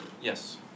Yes